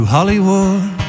Hollywood